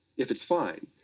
if it's fine.